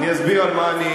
על מה אתה מדבר?